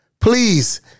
Please